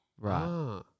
Right